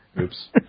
Oops